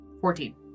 Fourteen